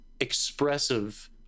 expressive